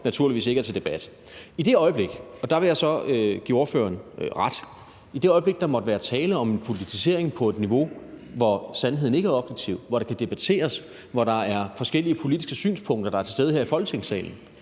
naturligvis ikke er til debat. I det øjeblik – og der vil jeg så give spørgeren ret – der måtte være tale om politisering på et niveau, hvor sandheden ikke er objektiv, hvor der kan debatteres, hvor der er forskellige politiske synspunkter, der er til stede her i Folketingssalen,